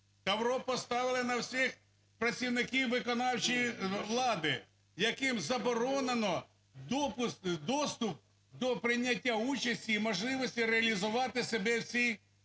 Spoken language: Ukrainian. тавро поставили на всіх працівників виконавчої влади, яким заборонено доступ до прийняття участі і можливості реалізувати себе в